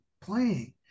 playing